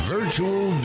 Virtual